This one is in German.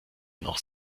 noch